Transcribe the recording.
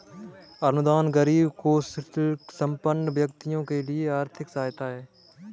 अनुदान गरीब कौशलसंपन्न व्यक्तियों के लिए आर्थिक सहायता है